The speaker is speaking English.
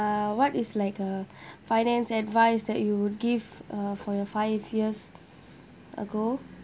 uh what is like a finance advice that you will give uh for your five years ago